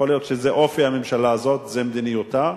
יכול להיות שזה אופי הממשלה הזאת, זו מדיניותה.